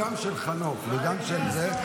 גם של חנוך וגם של זה,